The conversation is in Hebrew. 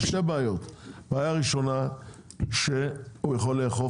יש שתי בעיות: בעיה ראשונה שהוא יכול לאכוף